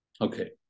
okay